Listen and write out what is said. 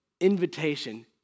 invitation